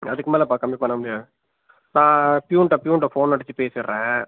அதுக்கு மேலே பா கம்மிப் பண்ண முடியாது நான் ப்யூன்கிட்ட ப்யூன்கிட்ட ஃபோன் அடித்து பேசிடுறேன்